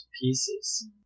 pieces